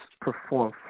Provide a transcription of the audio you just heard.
perform